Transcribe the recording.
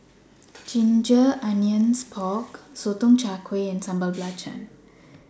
Ginger Onions Pork Sotong Char Kway and Sambal Belacan